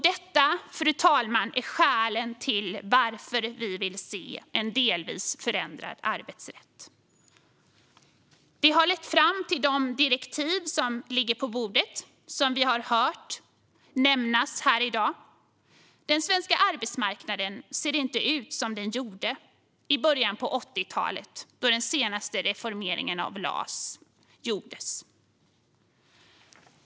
Detta, fru talman, är skälen till att vi vill se en delvis förändrad arbetsrätt. Det har lett fram till de direktiv som ligger på bordet och som vi har hört nämnas här i dag. Den svenska arbetsmarknaden ser inte ut som den gjorde i början på 80-talet, då den senaste reformeringen av LAS gjordes.